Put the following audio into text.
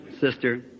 sister